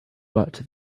but